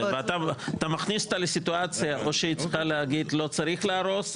ואתה מכניס אותה לסיטואציה שבה או שהיא צריכה להגיד שלא צריך להרוס,